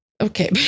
Okay